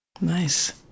nice